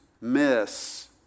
miss